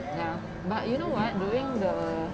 ya but you know what during the